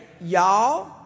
y'all